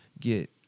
get